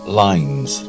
lines